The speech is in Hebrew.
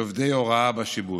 של עובדי הוראה בשיבוץ.